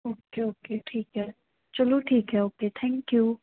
okay okay ਠੀਕ ਹੈ ਚਲੋ ਠੀਕ ਹੈ ਓਕੇ ਥੈਂਕ ਯੂ